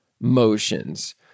motions